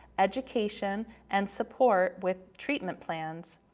education and support with treatment plans.